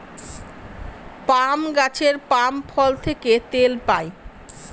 পাম গাছের পাম ফল থেকে তেল পাই